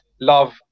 Love